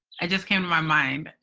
it just came to my mind.